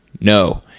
No